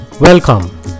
Welcome